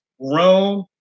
Rome